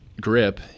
grip